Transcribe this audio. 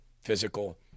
physical